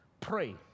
Pray